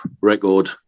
record